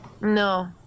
No